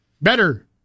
Better